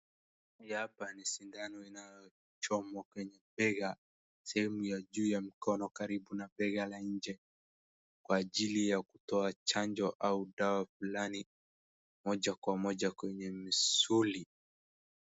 Hii hapa ni sindano inayochomwa kwenye bega , sehemu ya juu ya mkono karibu na bega la nje, kwa ajili ya kutoa chanjo au dawa fulani, moja kwa moja kwenye misuli.